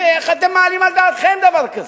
איך אתם מעלים על דעתכם דבר כזה?